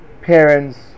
parents